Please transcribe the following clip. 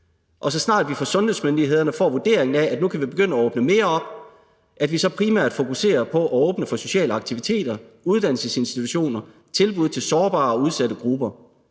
vi, så snart vi fra sundhedsmyndighederne får den vurdering, at vi nu kan begynde at åbne mere op, så primært fokuserer på at åbne for sociale aktiviteter, uddannelsesinstitutioner, tilbud til sårbare og udsatte grupper.